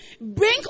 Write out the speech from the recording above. Bring